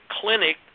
clinic